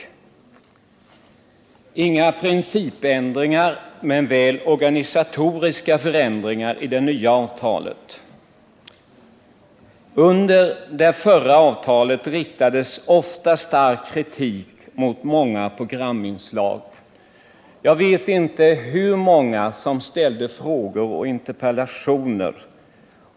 Det är inga principändringar men väl organisatoriska förändringar i det nya avtalet. När vi hade det förra avtalet riktades oftast stark kritik mot programinslag. Jag vet inte hur många som ställde frågor och interpellationer.